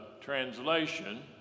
translation